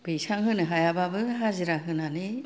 बैसां होनो हायाबाबो हाजिरा होन्नानै